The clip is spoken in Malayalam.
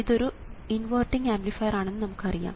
ഇത് ഒരു ഇൻവെർട്ടിംഗ് ആംപ്ലിഫയർ ആണെന്ന് നമുക്കറിയാം